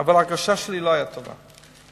אבל ההרגשה שלי לא היתה טובה.